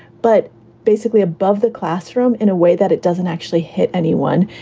but basically above the classroom in a way that it doesn't actually hit anyone.